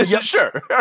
Sure